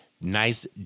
nice